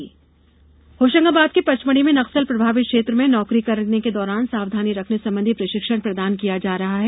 नक्सली सतर्कता होषंगाबाद के पचमढ़ी में नक्सल प्रभावित क्षेत्र में नौकरी करने के दौरान सावधानी रखने संबंधी प्रषिक्षण प्रदान किया जा रहा है